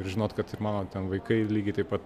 ir žinot kad ir mano ten vaikai lygiai taip pat